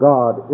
God